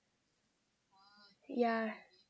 yeah